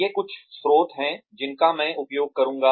ये कुछ स्रोत हैं जिनका मैं उपयोग करूँगा